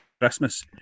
Christmas